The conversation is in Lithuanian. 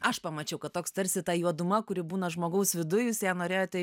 aš pamačiau kad toks tarsi ta juoduma kuri būna žmogaus viduj jūs ją norėjote